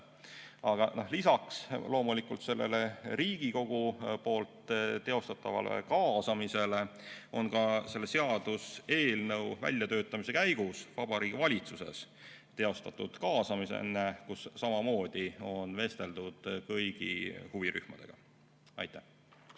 Aga lisaks loomulikult Riigikogu teostatavale kaasamisele on ka selle seaduseelnõu väljatöötamise käigus Vabariigi Valitsuses teostatud kaasamine, mille käigus samamoodi on vesteldud kõigi huvirühmadega. Hea